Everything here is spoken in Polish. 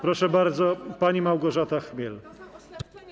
Proszę bardzo, pani Małgorzata Chmiel.